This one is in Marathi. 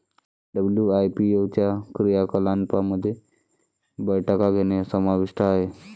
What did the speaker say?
डब्ल्यू.आय.पी.ओ च्या क्रियाकलापांमध्ये बैठका घेणे समाविष्ट आहे